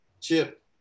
Chip